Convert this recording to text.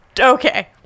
okay